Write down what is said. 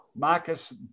Marcus